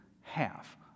half